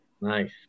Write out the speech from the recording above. Nice